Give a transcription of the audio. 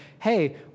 hey